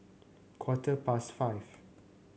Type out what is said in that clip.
quarter past five